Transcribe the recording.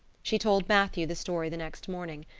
she told matthew the story the next morning.